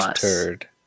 turd